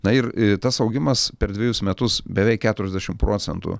na ir tas augimas per dvejus metus beveik keturiasdešimt procentų